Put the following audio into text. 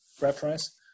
reference